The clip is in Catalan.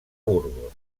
burgos